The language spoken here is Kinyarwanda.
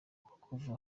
kuva